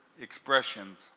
expressions